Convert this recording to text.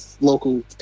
local